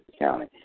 County